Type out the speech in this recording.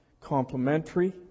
complementary